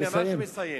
אני ממש מסיים.